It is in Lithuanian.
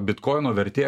bitkoino vertė